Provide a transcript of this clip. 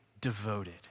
devoted